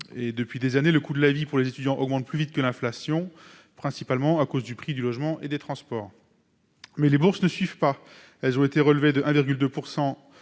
Depuis des années, le coût de la vie pour les étudiants augmente plus vite que l'inflation, principalement à cause du prix du logement et des transports. Or les bourses ne suivent pas. Elles ont certes été relevées,